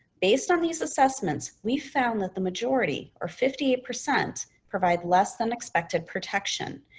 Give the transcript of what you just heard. based on these assessments, we found that the majority or fifty percent provide less than expected protection,